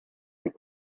the